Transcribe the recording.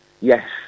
Yes